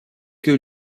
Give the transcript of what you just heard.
que